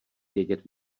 vědět